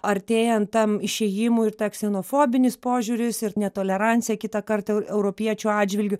artėjant tam išėjimui ir ta ksenofobinis požiūris ir netolerancija kitą kartą europiečių atžvilgiu